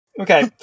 Okay